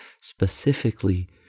specifically